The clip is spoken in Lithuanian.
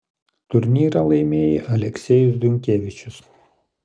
turnyrą laimėjo aleksejus dunkevičius